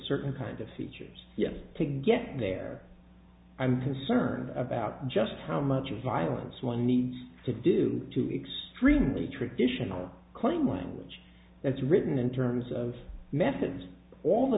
certain kind of features yet to get there i'm concerned about just how much of violence one needs to do to extremely traditional claim language that's written in terms of methods all the